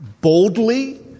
Boldly